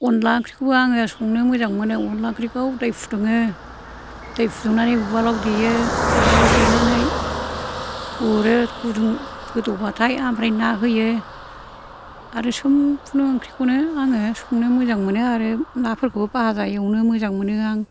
अनला ओंख्रिखौबो आङो संनो मोजां मोनो अनला ओंख्रिखौ दै फुदुङो दै फुदुंनानै उवालाव देयो उवालाव देनानै उरो गुदुं गोदौबाथाय ओमफ्राय ना होयो आरो समपुर्न ओंख्रिखौनो आङो संनो मोजां मोनो आरो नाफोरखौबो भाजा एवनो मोजां मोनो आं